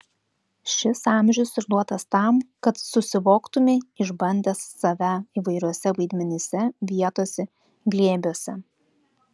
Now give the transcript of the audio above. šis amžius ir duotas tam kad susivoktumei išbandęs save įvairiuose vaidmenyse vietose glėbiuose